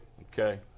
Okay